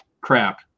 crap